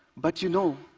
but, you know,